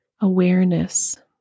awareness